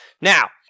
Now